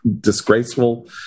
disgraceful